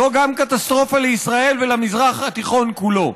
זאת גם קטסטרופה לישראל ולמזרח התיכון כולו.